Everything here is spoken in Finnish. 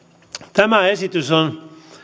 tämä esitys on